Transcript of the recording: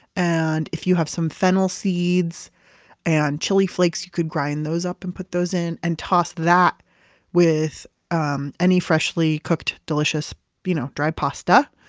and if you have some fennel seeds and chili flakes, you could grind those up and put those in, and toss that with um any freshly cooked delicious you know dry pasta.